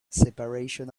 separation